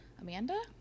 Amanda